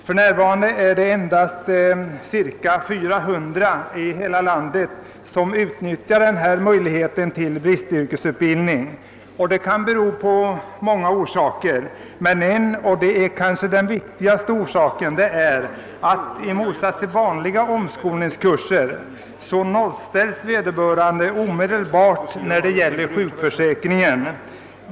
För närvarande är det emellertid endast omkring 400 människor i hela landet som utnyttjar denna möjlighet till bristyrkesutbildning. Detta kan bero på många orsaker, men en av de viktigaste torde vara att den som omskolas på detta sätt i motsats till vanliga omskolningskurser omedelbart nollställes i sjukförsäkringshänseende.